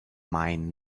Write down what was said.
mine